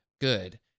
good